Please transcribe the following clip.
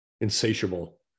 insatiable